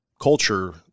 culture